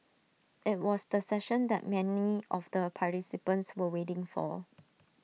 IT was the session that many of the participants were waiting for